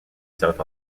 south